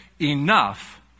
enough